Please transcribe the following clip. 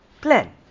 plan